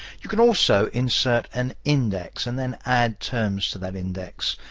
you can also insert an index and then add terms to that index.